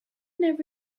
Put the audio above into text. never